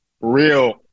real –